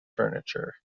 furniture